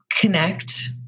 connect